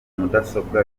mudasobwa